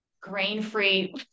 grain-free